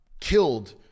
killed